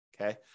Okay